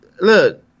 look